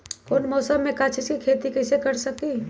कौन मौसम में का चीज़ के खेती करी कईसे पता करी?